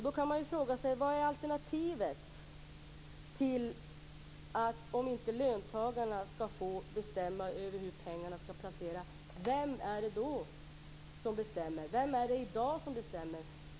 Då kan man fråga sig vad alternativet är. Om löntagarna inte skall få bestämma över hur pengarna skall placeras, vem är det då som bestämmer? Vem är det som i dag bestämmer?